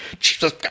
Jesus